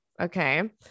Okay